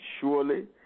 Surely